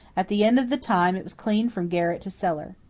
at the end of the time it was clean from garret to cellar.